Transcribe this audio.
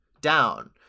down